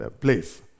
place